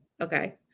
Okay